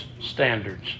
standards